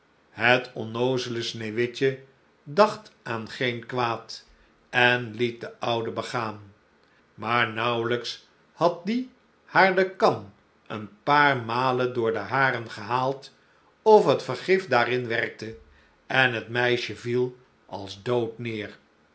het onnoozele sneeuwwitje dacht aan geen kwaad en liet den oude begaan maar naauwelijks had die haar de kam een paar malen door de haren gehaald of het vergif daarin werkte en het meisje viel j j a goeverneur oude sprookjes als dood neêr